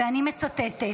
ואני מצטטת: